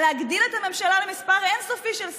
על להגדיל את הממשלה למספר אין-סופי של שרים.